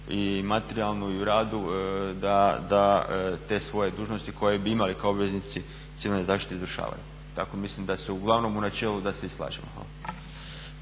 i materijalnu, i u radu da te svoje dužnosti koje bi imali kao obveznici civilne zaštite izvršavaju. Tako mislim da uglavnom u načelu da se i slažemo.